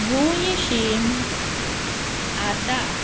भूंयशीम आसा